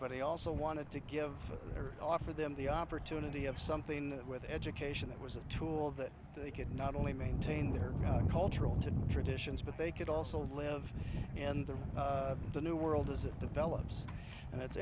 but they also wanted to give their offer them the opportunity of something with education that was a tool that they could not only maintain their cultural to traditions but they could also live in the the new world as it develops and it's